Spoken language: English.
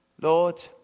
Lord